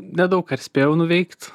nedaug ką ir spėjau nuveikt